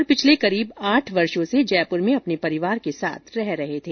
वे पिछले करीब आठ वर्षों से जयप्र में अपने परिवार के साथ रह रहे थे